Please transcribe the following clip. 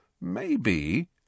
Maybe